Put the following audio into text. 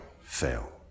fail